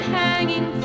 hanging